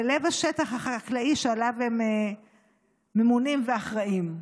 בלב השטח החקלאי שעליו הם ממונים ואחראים לו.